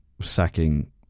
sacking